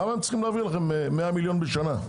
למה הם צריכים להביא לכם 100 מיליון בשנה?